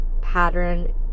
pattern